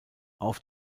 auf